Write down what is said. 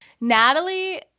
Natalie